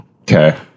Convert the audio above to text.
Okay